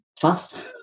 fast